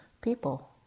People